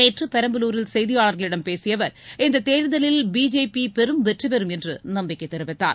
நேற்று பெரம்பலூரில் செய்தியாளர்களிடம் பேசிய அவர் இந்தத் தேர்தலில் பிஜேபி பெரும் வெற்றிபெறும் என்று நம்பிக்கை தெரிவித்தார்